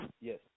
Yes